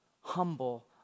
humble